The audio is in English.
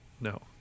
no